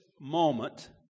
moment